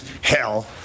Hell